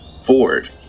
Ford